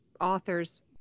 author's